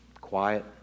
quiet